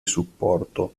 supporto